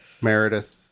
Meredith